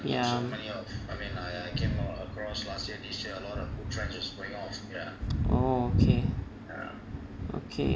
ya okay okay